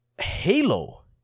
Halo